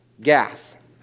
Gath